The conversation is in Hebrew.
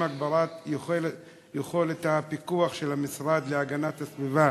הגברת יכולת הפיקוח של המשרד להגנת הסביבה